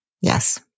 Yes